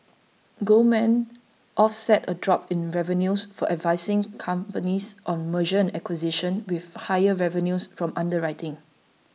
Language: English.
Goldman offset a drop in revenues for advising companies on mergers and acquisitions with higher revenues from underwriting